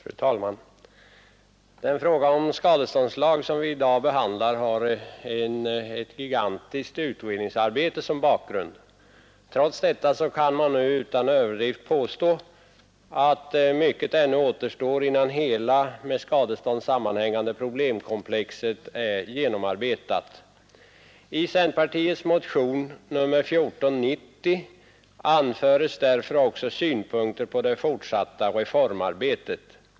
Fru talman! Den fråga om skadeståndslag som vi i dag behandlar har ett gigantiskt utredningsarbete som bakgrund. Trots detta kan man nu utan överdrift påstå att mycket ännu återstår innan hela det med skadestånd sammanhängande problemkomplexet är genomarbetat. I centerpartiets motion 1490 anföres därför också synpunkter på det fortsatta reformarbetet.